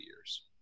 years